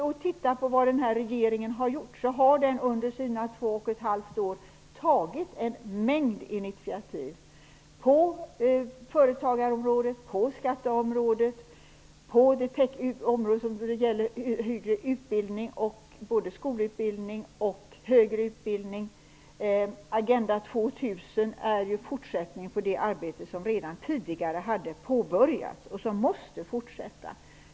Om vi ser till vad den här regeringen har gjort, finner vi att den under sina två och ett halvt år har tagit en mängd initiativ på företagarområdet, på skatteområdet och på området skolutbildning och högre utbildning. Agenda 2000 är ju en fortsättning på det arbete som redan tidigare påbörjats och som måste fortsätta.